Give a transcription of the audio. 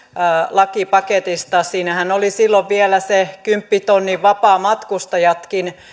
lakipaketista siinähän oli silloin vielä ne kymppitonnin vapaamatkustajatkin